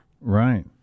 Right